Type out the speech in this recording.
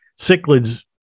cichlids